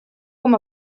com